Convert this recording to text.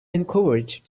encouraged